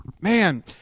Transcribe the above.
Man